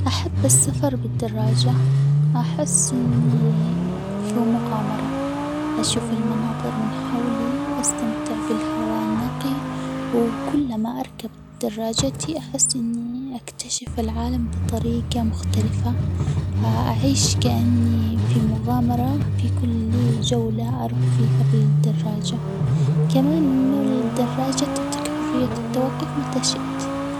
أحب السفر بالدراجة، أحس إني في مغامرة، أشوف المناظر من حولي، وأستمتع بالهواء النقي، وكل ما أركب دراجتي أحس إني أكتشف العالم بطريجة مختلفة، أعيش كأني في مغامرة في كل جولة أروح فيها بالدراجة، كمان إن الدراجة تعطيك حرية التوقف متى شئت.